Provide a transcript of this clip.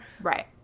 Right